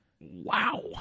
Wow